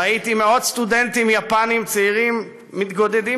ראיתי מאות סטודנטים יפנים צעירים מתגודדים